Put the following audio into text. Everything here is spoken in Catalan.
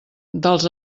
dels